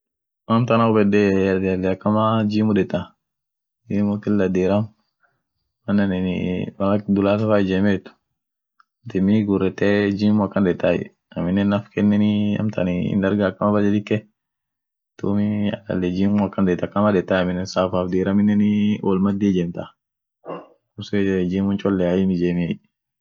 Bangaladeshineni ada ishia kabdi ada ishianeni ishinenii dini ishiani inama isilamune hijirt sheree dumii iddia sherekeeti molidine kaa daota nabiane inum sherekeeti won familinen won muhimua amineni won durani taa dungane diko inum kabdi amo won muhimun taa diniat iyo familii daga durkeete